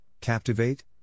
Captivate